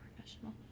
professional